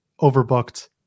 Overbooked